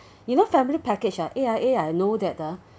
you know family package ah A_I_A I know that the